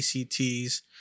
ACTs